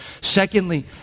Secondly